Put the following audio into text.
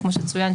וכמו שצוין,